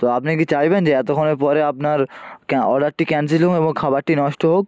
তো আপনি কি চাইবেন যে এতোখানি পরে আপনার ক্যা অর্ডারটি ক্যান্সিল হোক এবং খাবারটি নষ্ট হোক